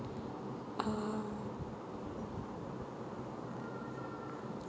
uh